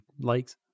likes